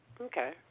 okay